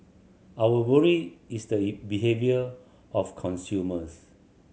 our worry is the behaviour of consumers